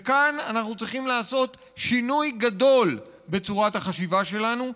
וכאן אנחנו צריכים לעשות שינוי גדול בצורת החשיבה שלנו,